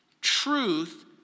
Truth